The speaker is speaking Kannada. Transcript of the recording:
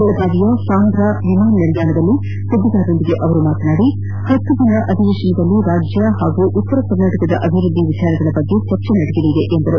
ಬೆಳಗಾವಿಯ ಸಾಂಬ್ರಾ ವಿಮಾನ ನಿಲ್ದಾಣದಲ್ಲಿ ಸುದ್ದಿಗಾರರೊಂದಿಗೆ ಮಾತನಾಡಿದ ಅವರು ಹತ್ತು ದಿನಗಳ ಅಧಿವೇಶನದಲ್ಲಿ ರಾಜ್ಯ ಹಾಗೂ ಉತ್ತರ ಕರ್ನಾಟಕದ ಅಭಿವೃದ್ದಿ ವಿಷಯಗಳ ಕುರಿತು ಚರ್ಚೆ ನಡೆಯಲಿದೆ ಎಂದು ತಿಳಿಸಿದರು